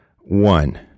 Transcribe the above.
one